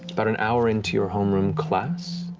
about an hour into your homeroom class,